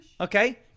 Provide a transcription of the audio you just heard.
okay